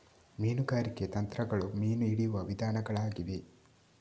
ಮೀನುಗಾರಿಕೆ ತಂತ್ರಗಳು ಮೀನು ಹಿಡಿಯುವ ವಿಧಾನಗಳಾಗಿವೆ